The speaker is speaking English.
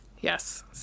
yes